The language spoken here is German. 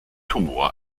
humor